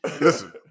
Listen